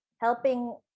helping